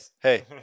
hey